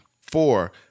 Four